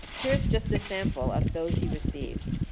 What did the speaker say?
here's just the sample of those he received.